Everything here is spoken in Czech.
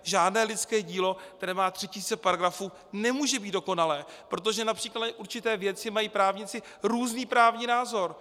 Žádné lidské dílo, které má 3 000 paragrafů, nemůže být dokonalé, protože na určité věci mají právníci různý právní názor.